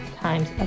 times